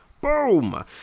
boom